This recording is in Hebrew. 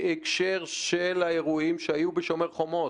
בהקשר של האירועים שהיו בשומר החומות,